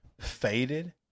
faded